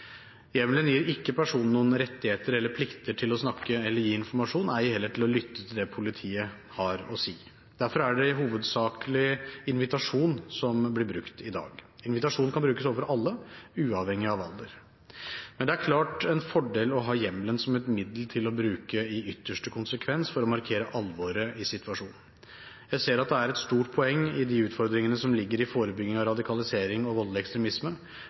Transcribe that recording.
gir ikke personen noen rettigheter eller plikter til å snakke eller gi informasjon – ei heller til å lytte til det politiet har å si. Derfor er det hovedsakelig invitasjon som blir brukt i dag. Invitasjon kan brukes overfor alle, uavhengig av alder. Men det er klart en fordel å ha hjemmelen som et middel til å bruke i ytterste konsekvens for å markere alvoret i situasjonen. Jeg ser at det er et stort poeng når det gjelder utfordringene knyttet til forebygging av radikalisering og voldelig ekstremisme.